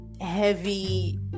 heavy